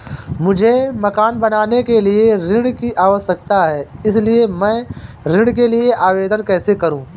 मुझे मकान बनाने के लिए ऋण की आवश्यकता है इसलिए मैं ऋण के लिए आवेदन कैसे करूं?